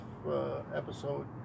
episode